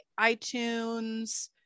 iTunes